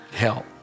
help